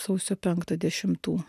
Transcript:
sausio penktą dešimtų